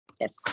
yes